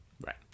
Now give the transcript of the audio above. Right